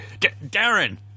Darren